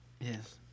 Yes